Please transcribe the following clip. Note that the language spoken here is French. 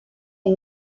est